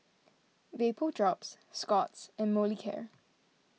Vapodrops Scott's and Molicare